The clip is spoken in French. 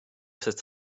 cette